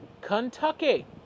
Kentucky